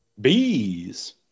Bees